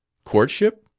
courtship?